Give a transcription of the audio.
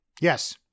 Yes